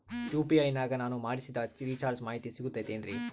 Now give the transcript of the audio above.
UPI ನಾಗ ನಾನು ಮಾಡಿಸಿದ ರಿಚಾರ್ಜ್ ಮಾಹಿತಿ ಸಿಗುತೈತೇನ್ರಿ?